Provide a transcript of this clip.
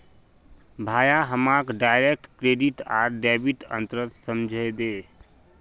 भाया हमाक direct credit आर डेबिटत अंतर समझइ दे